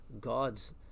God's